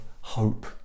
hope